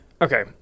okay